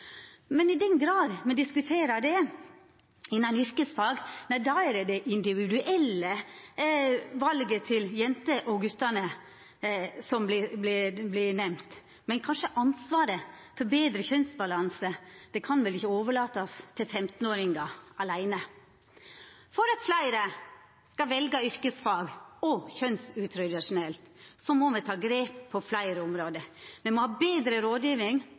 Men ansvaret for betre kjønnsbalanse kan vel kanskje ikkje overlatast til 15-åringane åleine. For at fleire skal velja yrkesfag – og kjønnsutradisjonelt – må me ta grep på fleire område. Me må ha betre rådgjeving